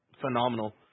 phenomenal